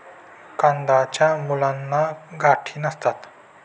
कंदाच्या मुळांना गाठी नसतात